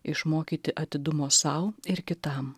išmokyti atidumo sau ir kitam